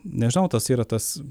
nežinau tas yra tas